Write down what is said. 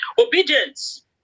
Obedience